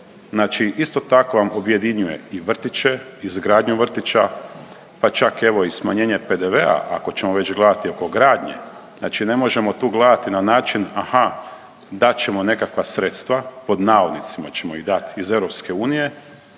Znači isto tako vam objedinjuje i vrtiće i izgradnju vrtića, pa čak evo i smanjenje PDV-a ako ćemo već gledati oko gradnje, znači ne možemo tu gledati na način aha dat ćemo nekakva sredstva, pod navodnicima ćemo ih dat iz EU,